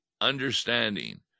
understanding